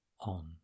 on